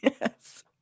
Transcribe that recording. yes